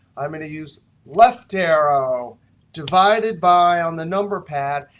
i'm going to use left arrow divided by on the number pad,